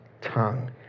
tongue